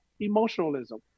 emotionalism